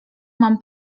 mam